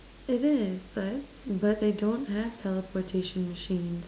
it is but but they don't have teleportation machines